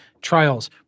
trials